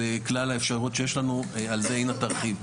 על כלל האפשרויות שיש לנו, על זה אינה תרחיב.